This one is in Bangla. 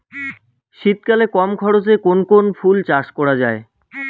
শীতকালে কম খরচে কোন কোন ফুল চাষ করা য়ায়?